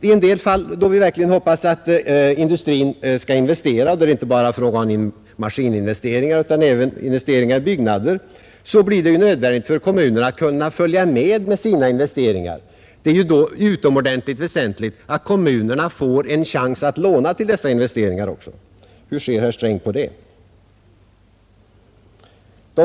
I en del fall då vi verkligen hoppas att industrin skall investera — det är inte fråga om bara maskininvesteringar utan även investeringar i byggnader — blir det nödvändigt för kommunerna att låta sina egna investeringar följa med. Det är då utomordentligt väsentligt att kommunerna får en chans att låna till dessa investeringar. Hur ser herr Sträng på detta problem?